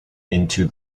into